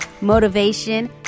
motivation